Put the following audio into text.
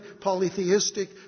polytheistic